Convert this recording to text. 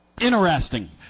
Interesting